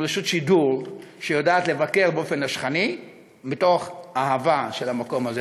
עם רשות שידור שיודעת לבקר באופן נשכני מתוך אהבה למקום הזה.